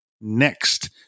next